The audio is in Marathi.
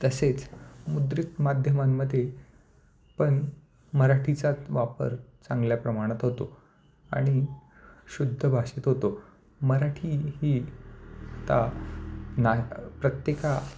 तसेच मुद्रित माध्यमांमध्ये पण मराठीचात वापर चांगल्या प्रमाणात होतो आणि शुद्ध भाषेत होतो मराठी ही ता नाह प्रत्येक